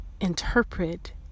interpret